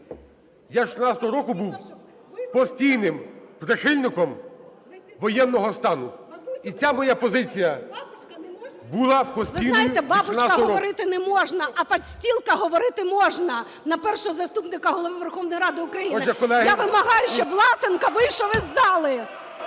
Я з 14-го року був постійним прихильником воєнного стану і ця моя позиція була постійною до… ГЕРАЩЕНКО І.В. Ви знаєте, "бабушка" говорити не можна, а "подстилка" говорити можна на Першого заступника Голови Верховної Ради України! Я вимагаю, щоб Власенко вийшов із зали! (Шум у залі)